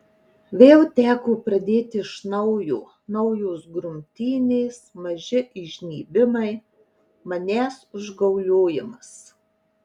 vėl teko pradėti iš naujo naujos grumtynės maži įžnybimai manęs užgauliojimas